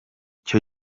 cyo